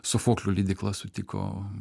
sofoklio leidykla sutiko